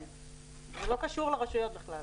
זה לא קשור לרשויות בכלל.